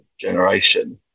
generation